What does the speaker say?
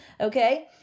Okay